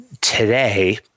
Today